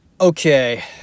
Okay